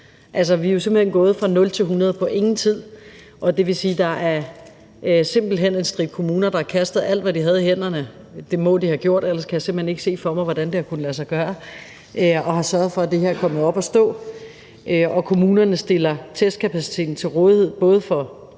Altså, vi er jo simpelt hen gået fra 0 til 100 på ingen tid, og det vil sige, at der simpelt hen er en stribe kommuner, der har kastet alt, hvad de havde i hænderne – det må de have gjort, for ellers kan jeg simpelt hen ikke se for mig, hvordan det har kunnet lade sig gøre – og har sørget for, at det her er kommet op at stå. Og kommunerne stiller testkapaciteten til rådighed for